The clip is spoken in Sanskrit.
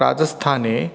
राजस्थाने